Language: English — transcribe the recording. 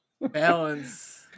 Balance